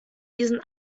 diesen